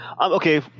Okay